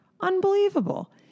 unbelievable